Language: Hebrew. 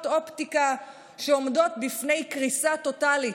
אופטיקה שעומדות בפני קריסה טוטלית,